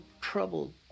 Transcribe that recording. trouble